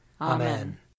Amen